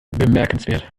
bemerkenswert